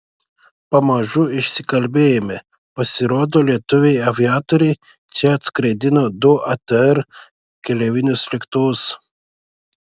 pamažu išsikalbėjome pasirodo lietuviai aviatoriai čia atskraidino du atr keleivinius lėktuvus